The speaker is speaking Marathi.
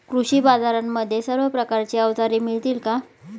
कृषी बाजारांमध्ये सर्व प्रकारची अवजारे मिळतील का?